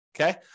okay